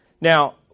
Now